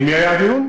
עם מי היה הדיון?